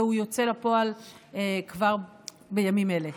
והוא יוצא לפועל כבר בימים אלה.